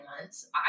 months